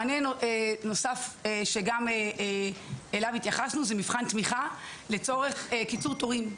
מענה נוסף שגם אליו התייחסנו הוא מבחן תמיכה לצורך קיצור תורים.